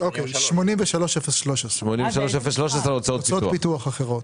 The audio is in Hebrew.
פנייה מספר 83-013. הוצאות פיתוח אחרות.